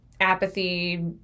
apathy